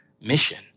mission